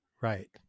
Right